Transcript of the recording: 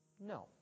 no